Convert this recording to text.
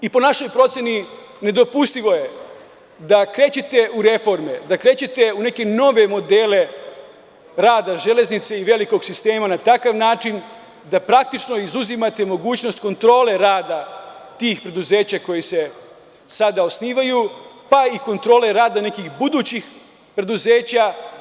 Po našoj proceni nedopustivo je da krećete u reforme, da krećete u neke nove modele rada železnice i velikog sistema na takav način da praktično izuzimate mogućnost kontrole rada tih preduzeća koja se sada osnivaju, pa i kontrole rada nekih budućih preduzeća.